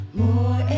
more